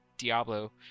diablo